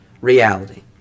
reality